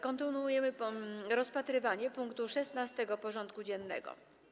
Kontynuujemy rozpatrywanie punktu 16. porządku dziennego.